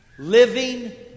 Living